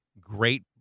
great